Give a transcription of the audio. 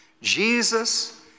Jesus